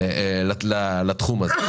לתחום הזה.